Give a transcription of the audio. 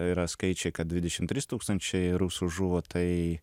yra skaičiai kad dvidešim trys tūkstančiai rusų žuvo tai